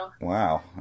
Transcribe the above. Wow